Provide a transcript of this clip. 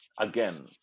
again